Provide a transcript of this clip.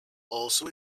also